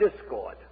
discord